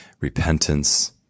repentance